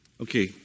Okay